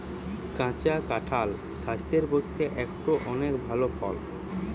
কাঁচা কাঁঠাল স্বাস্থ্যের পক্ষে একটো অনেক ভাল ফল